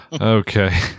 Okay